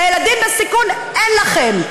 לילדים בסיכון אין לכם.